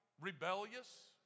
Rebellious